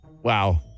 Wow